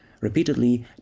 Repeatedly